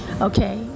Okay